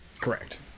Correct